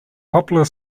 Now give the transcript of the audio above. popular